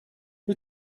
who